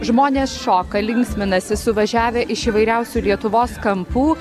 žmonės šoka linksminasi suvažiavę iš įvairiausių lietuvos kampų